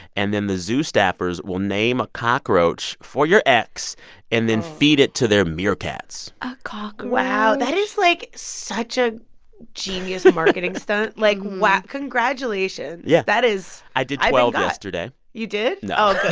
and then the zoo staffers will name a cockroach for your ex and then feed it to their meerkats a cockroach? wow, that is, like, such a genius and marketing stunt, like, what congratulations yeah that is. i did twelve yesterday you did? no oh, good,